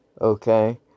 Okay